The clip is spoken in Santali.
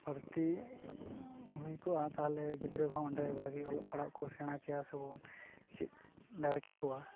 ᱵᱟᱹᱲᱛᱤ ᱦᱩᱭ ᱠᱚᱜᱼᱟ ᱛᱟᱦᱚᱞᱮ ᱜᱤᱫᱽᱨᱟᱹ ᱦᱚᱸ ᱚᱸᱰᱮ ᱵᱷᱟᱜᱮ ᱚᱞᱚᱜ ᱯᱟᱲᱦᱟᱜ ᱠᱚ ᱥᱮᱬᱟ ᱠᱮᱭᱟ ᱥᱮᱵᱚᱱ ᱪᱮᱫ ᱫᱟᱲᱮ ᱠᱮᱠᱚᱣᱟ